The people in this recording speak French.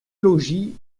logis